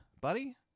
buddy